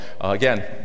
again